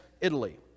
Italy